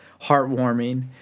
heartwarming